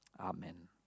amen